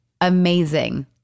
amazing